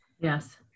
Yes